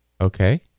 Okay